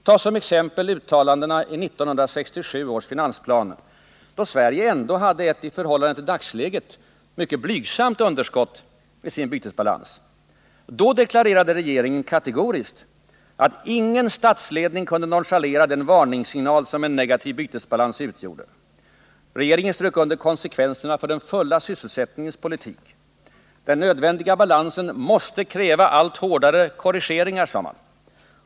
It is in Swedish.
Ta som exempel uttalandena i 1967 års finansplan, då Sverige ändå hade ett i förhållande till dagsläget mycket blygsamt underskott i sin bytesbalans. Då deklarerade regeringen kategoriskt att ingen statsledning kunde nonchalera den varningssignal som en negativ bytesbalans utgjorde. Regeringen strök under konsekvenserna för den fulla sysselsättningens politik. Den nödvändiga balansen måste kräva allt hårdare korrigeringar, sade man.